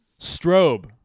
Strobe